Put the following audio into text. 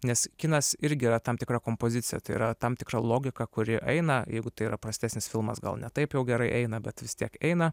nes kinas irgi yra tam tikra kompozicija tai yra tam tikra logika kuri eina jeigu tai yra prastesnis filmas gal ne taip jau gerai eina bet vis tiek eina